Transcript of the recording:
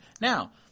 Now –